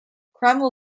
cromwell